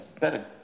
better